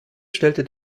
stellte